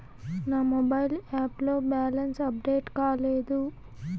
నా mobile app లో balance update కాలేదు